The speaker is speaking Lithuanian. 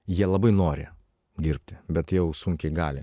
jie labai nori dirbti bet jau sunkiai gali